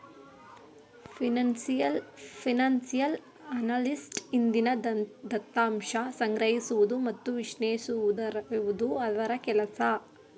financial analyst ಹಿಂದಿನ ದತ್ತಾಂಶ ಸಂಗ್ರಹಿಸುವುದು ಮತ್ತು ವಿಶ್ಲೇಷಿಸುವುದು ಅವರ ಕೆಲಸ